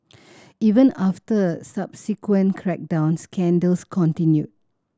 even after a subsequent crackdown scandals continued